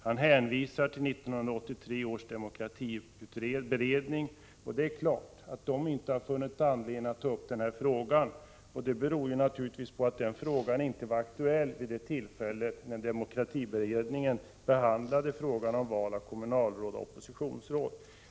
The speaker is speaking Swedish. Han hänvisar till 1983 års demokratiberedning. Det är klart att den inte funnit anledning att ta upp frågan, eftersom den frågan inte var aktuell när demokratiberedningen behandlade frågan om val av kommunalråd och oppositionsråd.